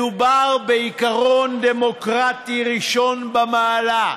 מדובר בעיקרון דמוקרטי ראשון במעלה.